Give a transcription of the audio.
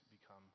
become